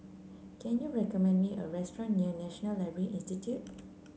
can you recommend me a restaurant near National Library Institute